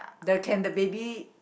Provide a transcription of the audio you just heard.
the can the baby